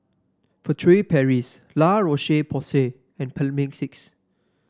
Furtere Paris La Roche Porsay and Mepilex